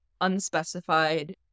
unspecified